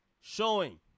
Showing